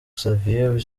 xavier